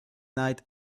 night